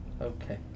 Okay